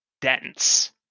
dense